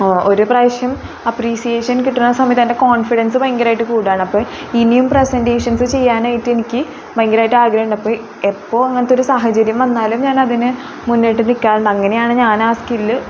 ഒരു പ്രാവശ്യം അപ്രീസിയേഷൻ കിട്ടുന്ന സമയത്ത് എൻ്റെ കോൺഫിഡൻസ് ഭയങ്കരമായിട്ട് കൂടുകയാണ് ഇനിയും പ്രസൻറ്റേഷൻസ് ചെയ്യാനായിട്ട് എനിക്ക് ഭയങ്കരമായിട്ട് ആഗ്രഹമുണ്ട് എപ്പോൾ അങ്ങനത്തെ ഒരു സാഹചര്യം വന്നാലും ഞാനതിന് മുന്നിട്ട് നിൽക്കാറുണ്ട് അങ്ങനെയാണ് ഞാൻ ആ സ്കിൽ